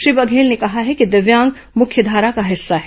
श्री बघेल ने कहा है कि दिव्यांग मुख्यधारा का हिस्सा है